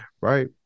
Right